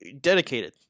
dedicated